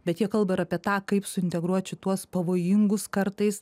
bet jie kalba ir apie tai kaip suintegruot šituos pavojingus kartais